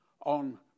on